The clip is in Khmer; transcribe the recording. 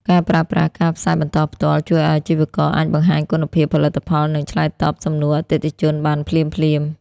ការប្រើប្រាស់ ការផ្សាយបន្តផ្ទាល់ ជួយឱ្យអាជីវករអាចបង្ហាញគុណភាពផលិតផល និងឆ្លើយតបសំណួរអតិថិជនបានភ្លាមៗ។